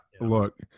look